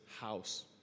house